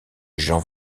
jean